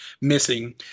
missing